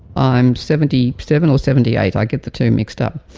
i am seventy seven or seventy eight, i get the two mixed up,